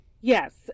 yes